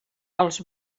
als